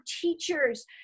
teachers